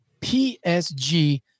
PSG